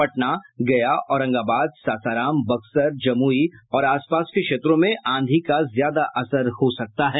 पटना गया औरंगाबाद सासाराम बक्सर जमुई और आसपास के क्षेत्रों में आंधी का ज्यादा असर हो सकता है